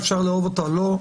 ואפשר לאהוב אותה או לא,